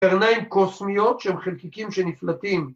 ‫קרניים קוסמיות שהם חלקיקים שנפלטים.